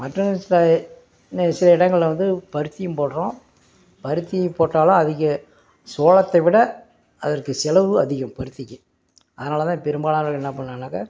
மற்ற விவசாயினு சில இடங்களில் வந்து பருத்தியும் போடுறோம் பருத்தி போட்டாலும் அதிக சோளத்தை விட அதற்கு செலவு அதிகம் பருத்திக்கு அதனால் தான் பெரும்பாலானவர்கள் என்ன பண்ணான்னாக்க